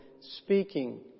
speaking